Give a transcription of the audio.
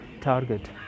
target